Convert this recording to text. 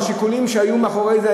שיקולים שהיו מאחורי זה,